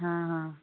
हाँ हाँ